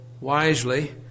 wisely